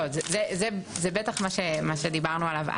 זה מה שדיברנו עליו,